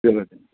ଏହା